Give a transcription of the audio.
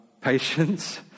patience